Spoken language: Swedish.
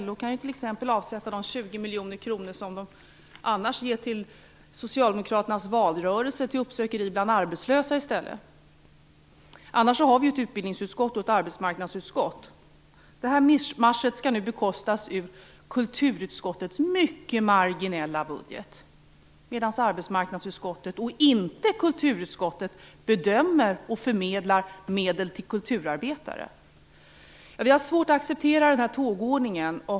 LO kan t.ex. avsätta de 20 miljoner kronor som man annars ger till socialdemokraternas valrörelse, i stället till uppsökeri bland arbetslösa. Annars har vi ju ett utbildningsutskott och ett arbetsmarknadsutskott. Detta mischmasch skall nu bekostas ur kulturutskottets mycket marginella budget, medan arbetsmarknadsutskottet, inte kulturutskottet, bedömer och förmedlar medel till kulturarbetare. Vi har svårt att acceptera denna tågordning.